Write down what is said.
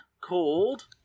called